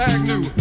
Agnew